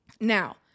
Now